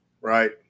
Right